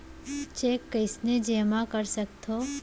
Cheque कईसने जेमा कर सकथो?